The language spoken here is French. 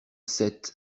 sept